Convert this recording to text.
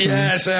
Yes